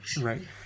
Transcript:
Right